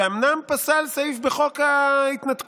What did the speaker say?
שאומנם פסל סעיף בחוק ההתנתקות,